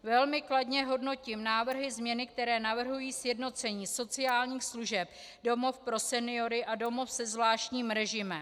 Velmi kladně hodnotím návrhy změny, které navrhují sjednocení sociálních služeb domov pro seniory a domov se zvláštním režimem.